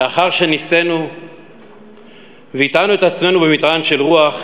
לאחר שנישאנו והטענו את עצמנו במטען של רוח,